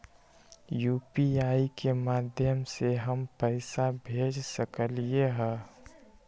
UPI के माध्यम से हम पैसा भेज सकलियै ह?